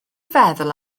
feddwl